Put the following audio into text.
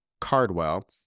Cardwell